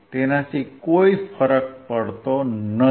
તેનાથી કોઈ ફરક પડતો નથી